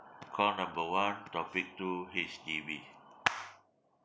call number one topic two H_D_B